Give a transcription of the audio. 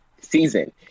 season